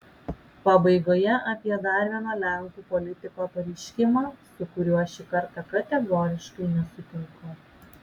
pabaigoje apie dar vieno lenkų politiko pareiškimą su kuriuo šį kartą kategoriškai nesutinku